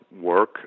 work